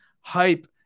hype